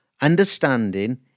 understanding